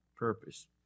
purpose